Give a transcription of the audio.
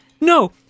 No